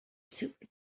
super